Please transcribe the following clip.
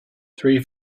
three